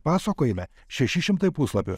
pasakojime šeši šimtai puslapių